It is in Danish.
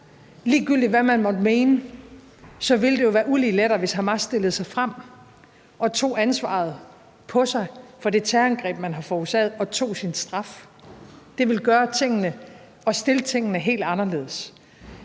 Ligegyldigt hvad man måtte mene, vil det jo være ulig lettere, hvis Hamas stillede sig frem og tog ansvaret på sig for det terrorangreb, man har forårsaget, og tog sin straf. Det vil stille tingene helt anderledes.